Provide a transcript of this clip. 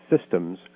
systems